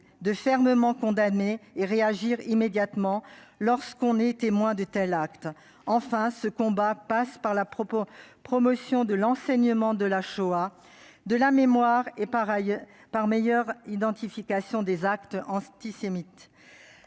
fermement de tels actes et réagir immédiatement quand ils en sont les témoins. Enfin, ce combat passe par la promotion de l'enseignement de la Shoah, de la mémoire et par une meilleure identification des actes antisémites.